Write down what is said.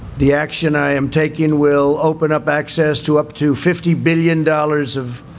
the action i am taking will open up access to up to fifty billion dollars of